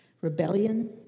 rebellion